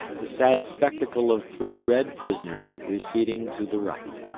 the sad spectacle of three red prisoners receding to the right.